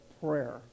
prayer